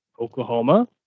Oklahoma